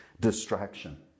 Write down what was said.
distraction